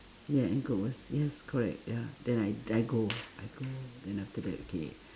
ya and good words yes correct ya then I then I go I go then after that okay